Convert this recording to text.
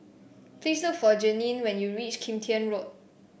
please look for Jeanine when you reach Kim Tian Road